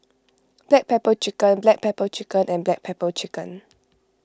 Black Pepper Chicken Black Pepper Chicken and Black Pepper Chicken